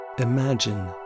Imagine